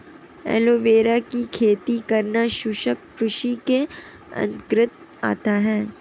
aloe vera की खेती करना शुष्क कृषि के अंतर्गत आता है